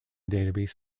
database